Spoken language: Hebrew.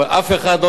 אבל אף אחד,